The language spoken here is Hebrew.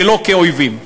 ולא כאל אויבים.